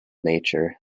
nature